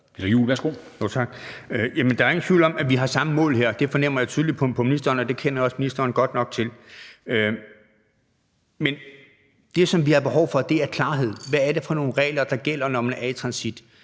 Juel-Jensen (V): Tak. Der er ingen tvivl om, at vi har samme mål her. Det fornemmer jeg tydeligt på ministeren, og det kender jeg også ministeren godt nok til at vide. Det, som vi har behov for, er klarhed: Hvad er det for nogle regler, der gælder, når man er i transit?